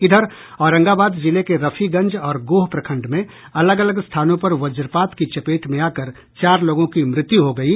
इधर औरंगाबाद जिले के रफीगंज और गोह प्रखंड में अलग अलग स्थानों पर वज्रपात की चपेट में आकर चार लोगों की मृत्यु हो गयी